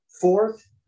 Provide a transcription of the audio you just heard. Fourth